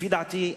לפי דעתי,